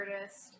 artist